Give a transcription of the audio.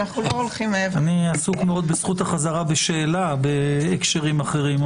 אני עסוק מאוד בזכות החזרה בשאלה בהקשרים אחרים,